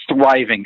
thriving